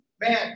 man